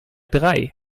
drei